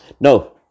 No